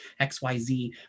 xyz